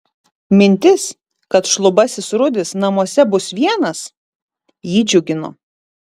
mintis kad šlubasis rudis namuose bus vienas jį džiugino